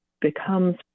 becomes